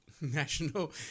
national